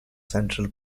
central